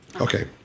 Okay